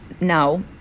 now